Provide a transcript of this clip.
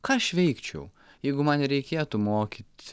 ką aš veikčiau jeigu man nereikėtų mokyt